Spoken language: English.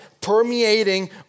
permeating